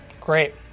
Great